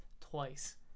twice